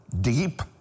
deep